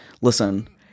Listen